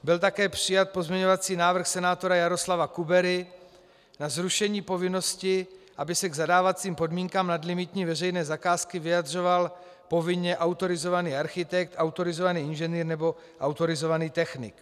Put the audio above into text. Byl také přijat pozměňovací návrh senátora Jaroslava Kubery na zrušení povinnosti, aby se k zadávacím podmínkám nadlimitní veřejné zakázky vyjadřoval povinně autorizovaný architekt, autorizovaný inženýr nebo autorizovaný technik.